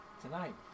tonight